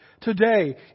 today